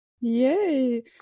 Yay